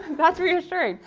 that's reassuring.